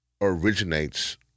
originates